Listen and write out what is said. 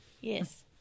Yes